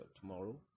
tomorrow